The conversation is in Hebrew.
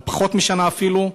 או פחות משנה אפילו,